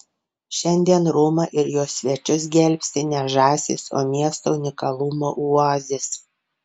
šiandien romą ir jos svečius gelbsti ne žąsys o miesto unikalumo oazės